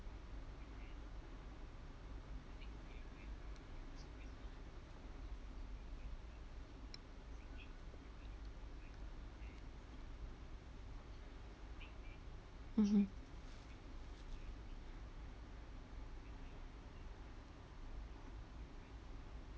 mmhmm